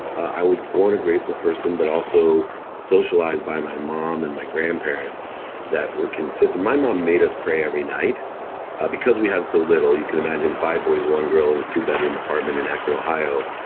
i was born a grateful person, but also socialized by my mom and my grandparents that were consistent. my mom made us pray every night because we had so little. you can imagine five boys, one girl in a two bedroom apartment in akron, ohio.